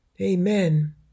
Amen